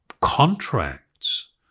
contracts